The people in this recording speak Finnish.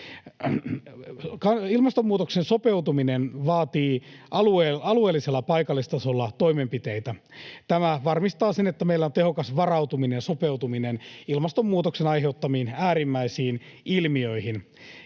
Ilmastonmuutokseen sopeutuminen vaatii alueellisella ja paikallistasolla toimenpiteitä. Tämä varmistaa sen, että meillä on tehokas varautuminen ja sopeutuminen ilmastonmuutoksen aiheuttamiin äärimmäisiin ilmiöihin.